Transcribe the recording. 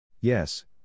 Yes